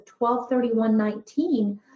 12-31-19